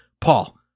Paul